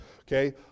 Okay